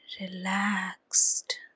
relaxed